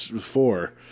four